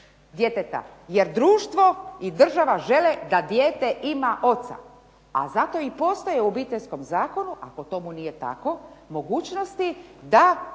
djeteta jer društvo i država žele da dijete ima oca. A zato i postoji u Obiteljskom zakonu ako tomu nije tako mogućnosti da